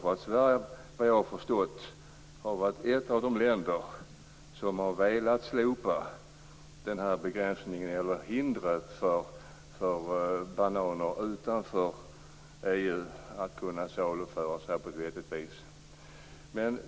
Sverige har ju, vad jag har förstått, varit ett av de länder som har velat slopa hindret för att bananer utanför EU skall kunna saluföras här på ett vettigt vis.